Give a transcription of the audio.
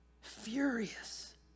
furious